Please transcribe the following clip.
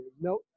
No